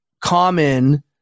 common